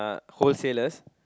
whole sellers